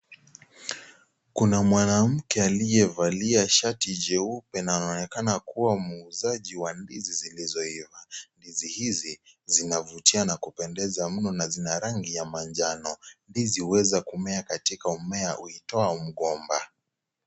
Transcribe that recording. Kuna mwanamke aliyevalia shati jeupe na anaonekana kuwa mwuuzaji wa ndizi zilizoiva. Ndizi hizi zimevutia na kupendeza mno na zina rangi ya manjano. Ndizi huweza kumea katika mmea huitwao mgomba.